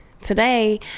Today